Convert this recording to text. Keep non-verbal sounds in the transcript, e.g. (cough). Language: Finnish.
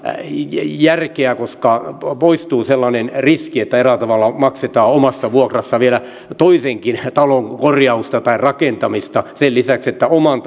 järkeä koska poistuu sellainen riski että eräällä tavalla maksetaan omassa vuokrassa vielä toisenkin talon korjausta tai rakentamista sen lisäksi että oman (unintelligible)